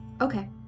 Okay